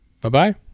Bye-bye